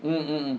mm mm mm